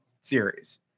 series